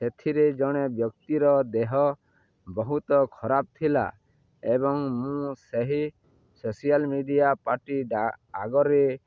ସେଥିରେ ଜଣେ ବ୍ୟକ୍ତିର ଦେହ ବହୁତ ଖରାପ ଥିଲା ଏବଂ ମୁଁ ସେହି ସୋସିଆଲ ମିଡ଼ିଆ ପାର୍ଟି ଆଗରେ